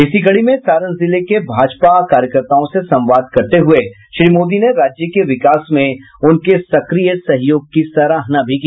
इसी कड़ी में सारण जिले के भाजपा कार्यकर्ताओं से संवाद करते हुये श्री मोदी ने राज्य के विकास में उनके सक्रिय सहयोग की सराहना भी की